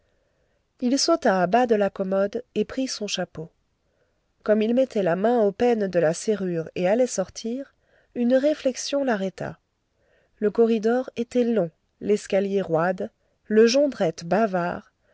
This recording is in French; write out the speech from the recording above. il sauta à bas de la commode et prit son chapeau comme il mettait la main au pêne de la serrure et allait sortir une réflexion l'arrêta le corridor était long l'escalier roide le jondrette bavard